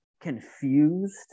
confused